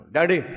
Daddy